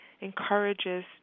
encourages